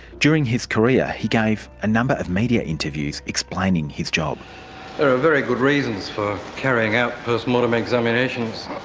during his career he gave a number of media interviews explaining his job. there are very good reasons for carrying out post mortem examinations.